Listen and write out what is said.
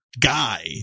guy